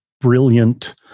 brilliant